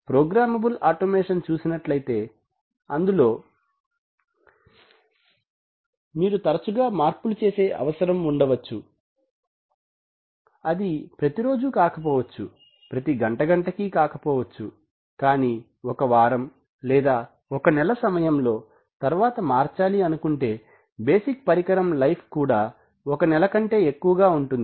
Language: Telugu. ప్రోగ్రామబుల్ ఆటోమేషన్ చూసినట్లైతే అందులో మీరు తరచుగా మార్పులు చేసే అవసరం ఉండవచ్చు అది ప్రతిరోజు కాకపోవచ్చు ప్రతి గంట గంటకి కాకపోవచ్చు కానీ ఒక వారం లేదా ఒక నెల సమయంలో తరువాత మార్చాలి అనుకుంటే బేసిక్ పరికారం లైఫ్ కూడా ఒక నెల కంటే ఎక్కువగా ఉంటుంది